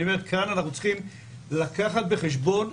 אנחנו צריכים לקחת כאן בחשבון,